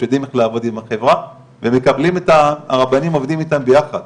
יודעים איך לעבוד עם החברה והרבנים עובדים איתם ביחד,